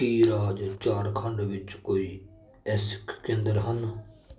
ਕੀ ਰਾਜ ਝਾਰਖੰਡ ਵਿੱਚ ਕੋਈ ਐਸਿਕ ਕੇਂਦਰ ਹਨ